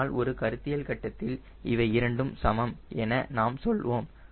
ஆனால் ஒரு கருத்தியல் கட்டத்தில் இவை இரண்டும் சமம் என நாம் சொல்வோம்